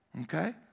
okay